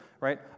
right